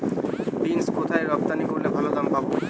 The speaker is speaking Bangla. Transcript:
বিন্স কোথায় রপ্তানি করলে ভালো দাম পাব?